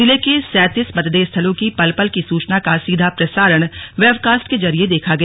जिले के सैतीस मतदेय स्थलों की पल पल की सूचना का सीधा प्रसारण वेवकास्ट के जरिये देखा गया